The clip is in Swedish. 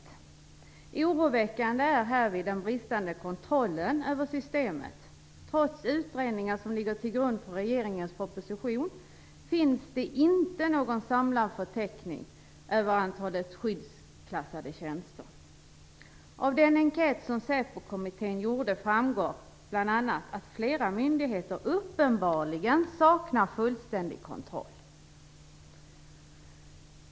Det oroväckande är härvid den bristande kontrollen över systemet. Trots att utredningar ligger till grund för regeringens proposition finns det inte någon samlad förteckning över antalet skyddsklassade tjänster. Av den enkät som Säpokommittén gjorde framgår bl.a. att flera myndigheter uppenbarligen saknar fullständig kontroll.